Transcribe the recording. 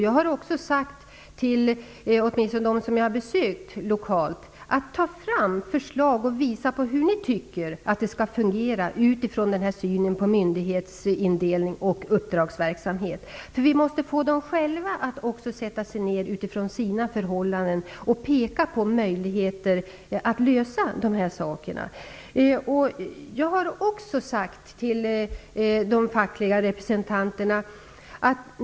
Jag har också uppmanat dem som jag har besökt där att ta fram förslag och visa på hur de tycker att det skall fungera, utifrån deras syn på myndighetsverksamhet och uppdragsverksamhet. Vi måste få de anställda att själva tänka efter och peka på möjligheter att lösa dessa frågor, utifrån sina förhållanden.